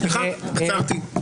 סליחה, עצרתי.